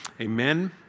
amen